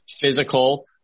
Physical